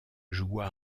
joua